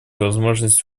возможность